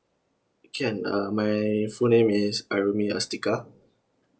can uh my full name is ari miya astika